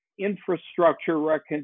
Infrastructure